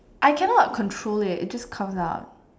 I cannot control it it just comes out